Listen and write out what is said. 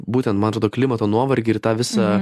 būtent man atrodo klimato nuovargį ir tą visą